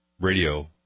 radio